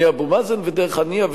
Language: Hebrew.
מאבו מאזן ודרך הנייה,